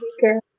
girl